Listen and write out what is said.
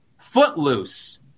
Footloose